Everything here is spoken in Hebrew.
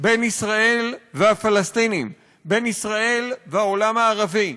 בין ישראל והפלסטינים, בין ישראל והעולם הערבי,